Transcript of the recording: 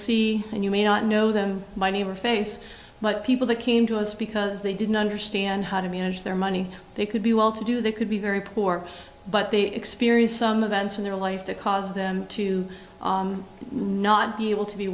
see and you may not know them my neighbor face but people that came to us because they didn't understand how to manage their money they could be well to do they could be very poor but they experience some advance in their life that causes them to not be able to be